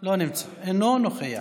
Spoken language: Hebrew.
אינו נוכח.